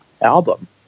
album